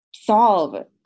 solve